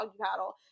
paddle